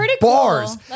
bars